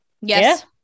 Yes